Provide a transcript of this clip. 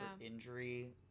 injury